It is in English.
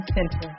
Center